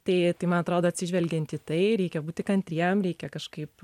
tai tai man atrodo atsižvelgiant į tai reikia būti kantriem reikia kažkaip